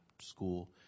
school